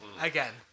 Again